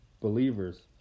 believers